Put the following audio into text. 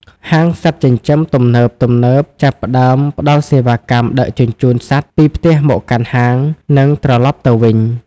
ហាងសត្វចិញ្ចឹមទំនើបៗចាប់ផ្ដើមផ្ដល់សេវាកម្មដឹកជញ្ជូនសត្វពីផ្ទះមកកាន់ហាង និងត្រឡប់ទៅវិញ។